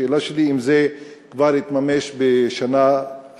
השאלה שלי היא אם זה יתממש כבר בשנה הקרובה,